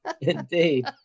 Indeed